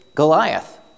Goliath